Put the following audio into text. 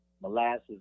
molasses